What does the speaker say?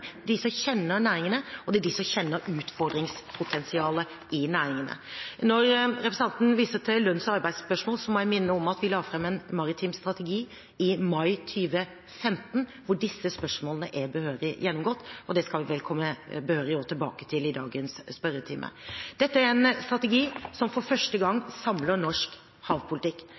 de som kjenner næringene, og det er de som kjenner utfordringspotensialet i næringene. Når representanten viser til lønns- og arbeidsspørsmål, må jeg minne om at vi la fram en maritim strategi i mai 2015, hvor disse spørsmålene er behørig gjennomgått, og det skal vedkommende også behørig tilbake til i dagens ordinære spørretime. Dette er en strategi som for første gang samler norsk havpolitikk.